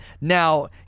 Now